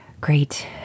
great